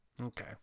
okay